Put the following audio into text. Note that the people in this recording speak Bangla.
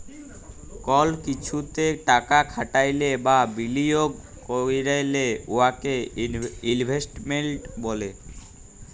কল কিছুতে টাকা খাটাইলে বা বিলিয়গ ক্যইরলে উয়াকে ইলভেস্টমেল্ট ব্যলে